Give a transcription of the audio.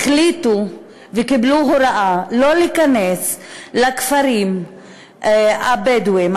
החליטו וקיבלו הוראה לא להיכנס לכפרים הבדואיים,